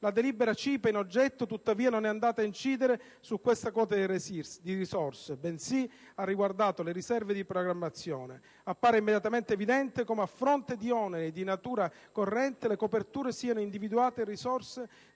La delibera CIPE in oggetto, tuttavia, non è andata ad incidere su questa quota di risorse, bensì ha riguardato le «riserve di programmazione». Appare immediatamente evidente come, a fronte di oneri di natura corrente, le coperture siano individuate in risorse